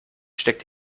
steckt